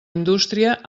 indústria